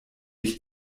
ich